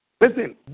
Listen